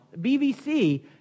BVC